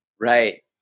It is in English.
Right